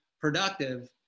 productive